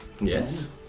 Yes